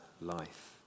life